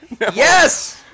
Yes